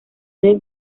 del